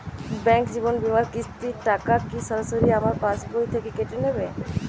Bank জীবন বিমার কিস্তির টাকা কি সরাসরি আমার পাশ বই থেকে কেটে নিবে?